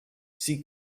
from